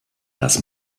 das